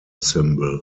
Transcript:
symbol